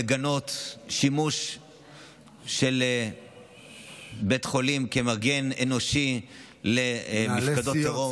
לגנות שימוש של בית חולים כמגן אנושי למפקדות טרור,